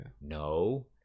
no